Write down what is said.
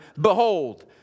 behold